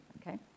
okay